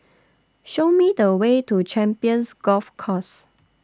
Show Me The Way to Champions Golf Course